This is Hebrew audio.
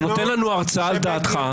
אתה נותן לנו הרצאה על דעתך.